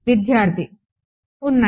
విద్యార్థి ఉన్నాయి